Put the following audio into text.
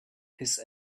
his